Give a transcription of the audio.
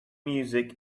music